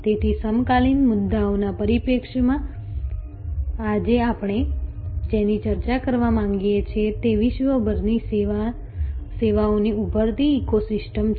તેથી સમકાલીન મુદ્દાઓના પરિપ્રેક્ષ્યમાં આજે આપણે જેની ચર્ચા કરવા માંગીએ છીએ તે વિશ્વભરની સેવાઓની ઉભરતી ઇકોસિસ્ટમ છે